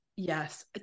Yes